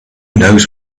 knows